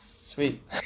Sweet